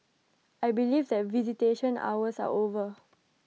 I believe that visitation hours are over